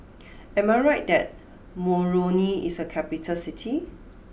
am I right that Moroni is a capital city